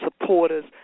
supporters